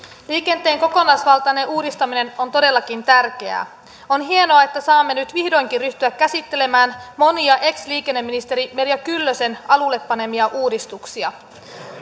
liikenteen kokonaisvaltainen uudistaminen on todellakin tärkeää on hienoa että saamme nyt vihdoinkin ryhtyä käsittelemään monia ex liikenneministeri merja kyllösen alulle panemia uudistuksia